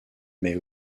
mais